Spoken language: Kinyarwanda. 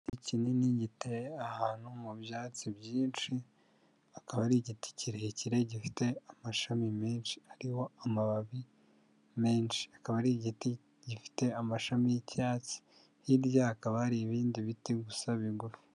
Igiti kinini giteye ahantu mu byatsi byinshi, akaba ari igiti kirekire gifite amashami menshi ariho amababi menshi, akaba ari igiti gifite amashami y'icyatsi, hirya hakaba hari ibindi biti gusa bigufi.